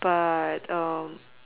but